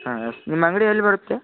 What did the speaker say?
ಹಾಂ ನಿಮ್ಮ ಅಂಗಡಿ ಎಲ್ಲಿ ಬರುತ್ತೆ